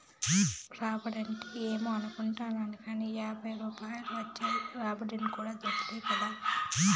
రాబడంటే ఏమో అనుకుంటాని, ఏవైనా యాపారంల వచ్చే రాబడి కూడా దుడ్డే కదా